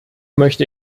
möchte